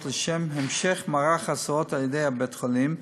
לשם המשך מערך ההסעות על-ידי בית-החולים.